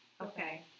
Okay